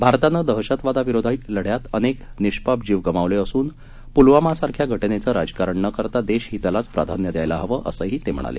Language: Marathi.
भारतानं दहशतवादविरोधी लढ्यात अनेक निष्पाप जीव गमावले असून पुलवामा सारख्या घटनेचं राजकारण न करता देश हितालाच प्राधान्य द्यायला हवं असंही ते म्हणाले